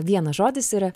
vienas žodis yra